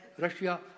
Russia